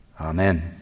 Amen